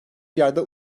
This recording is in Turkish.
yerde